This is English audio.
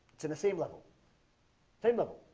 it's in the same level same level